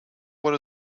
what